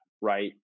right